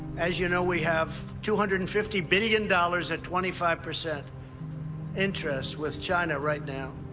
as you know, we have two hundred and fifty billion dollars at twenty five percent interest with china right now,